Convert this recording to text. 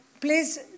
please